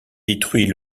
détruit